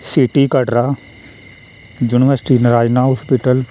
city Katra university Narayana hospital